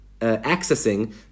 accessing